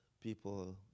people